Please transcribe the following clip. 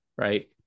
Right